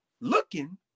looking